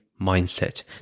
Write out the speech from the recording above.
mindset